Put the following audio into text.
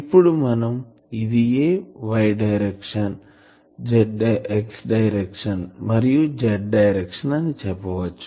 ఇప్పుడు మనం ఇదియే Y డైరెక్షన్ X డైరెక్షన్ మరియు Z డైరెక్షన్ అని చెప్పచ్చు